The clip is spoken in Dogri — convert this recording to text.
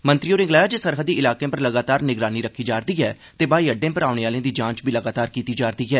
मंत्री होरें गलाया जे सरहदी इलाकें पर लगातार निगरानी रक्खी जा'रदी ऐ ते ब्हाई अड्डें पर औने आह्लें दी जांच बी लगातार कीती जा'रदी ऐ